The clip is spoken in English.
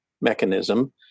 mechanism